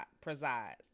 presides